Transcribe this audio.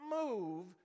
move